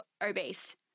obese